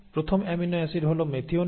প্রথম amino acid হল methionine